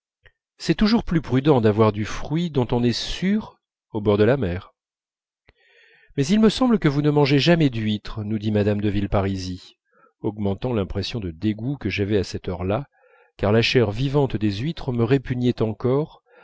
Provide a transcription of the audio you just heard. c'est toujours plus prudent d'avoir du fruit dont on est sûr au bord de la mer mais il me semble que vous ne mangez jamais d'huîtres nous dit mme de villeparisis augmentant l'impression de dégoût que j'avais à cette heure-là car la chair vivante des huîtres me répugnait encore